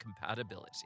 compatibility